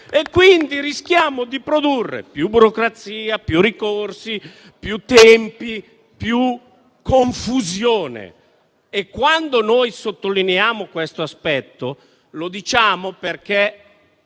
quindi, di produrre più burocrazia, più ricorsi, più tempi e più confusione. E, quando sottolineiamo questo aspetto, lo diciamo perché